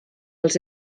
els